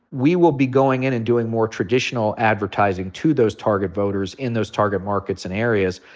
we will be going in and doing more traditional advertising to those target voters in those target markets and areas.